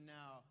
now